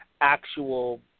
actual